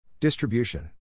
Distribution